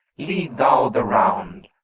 lead thou the round.